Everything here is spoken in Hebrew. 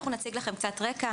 אנחנו נציג לכם רקע